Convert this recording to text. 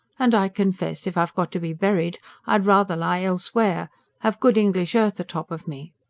and i confess, if i've got to be buried i'd rather lie elsewhere have good english earth atop of me.